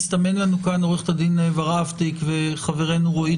מסתמנת לנו כאן עורכת הדין ורהפטיג וחברנו רועי